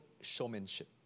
showmanship